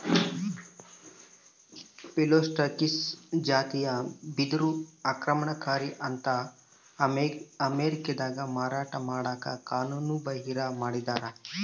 Phyllostachys ಜಾತಿಯ ಬಿದಿರು ಆಕ್ರಮಣಕಾರಿ ಅಂತ ಅಮೇರಿಕಾದಾಗ ಮಾರಾಟ ಮಾಡಕ ಕಾನೂನುಬಾಹಿರ ಮಾಡಿದ್ದಾರ